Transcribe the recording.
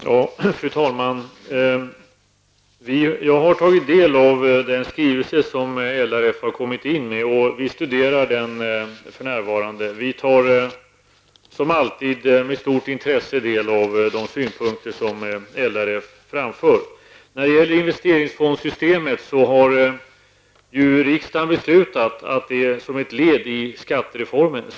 Fru talman! Jag har tagit del av den skrivelse som LRF har kommit in med. Vi studerar den för närvarande. Vi tar som alltid med stort intresse del av de synpunkter som LRF framför. Riksdagen har beslutat att investeringsfondssystemet skall avvecklas på några års sikt som ett led i skattereformen.